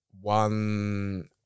One